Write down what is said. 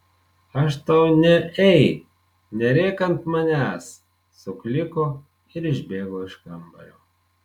aš tau ne ei nerėk ant manęs sukliko ir išbėgo iš kambario